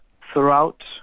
throughout